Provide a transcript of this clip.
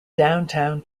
downtown